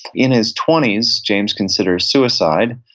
in his twenty s, james considered suicide,